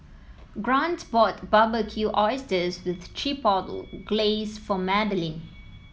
Grant bought Barbecued Oysters with Chipotle Glaze for Madlyn